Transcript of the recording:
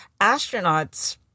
astronauts